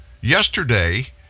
yesterday